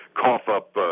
cough-up